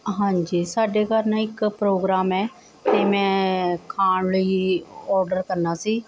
ਹਾਂਜੀ ਜੀ ਸਾਡੇ ਘਰ ਨਾ ਇੱਕ ਪ੍ਰੋਗਰਾਮ ਹੈ ਅਤੇ ਮੈਂ ਖਾਣ ਲਈ ਔਡਰ ਕਰਨਾ ਸੀ